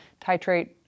titrate